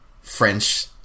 French